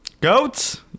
Goats